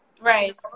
Right